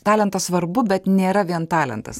talentas svarbu bet nėra vien talentas